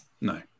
No